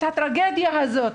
את הטרגדיה הזאת.